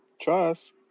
Trust